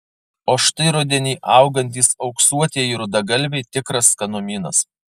o štai rudenį augantys auksuotieji rudgalviai tikras skanumynas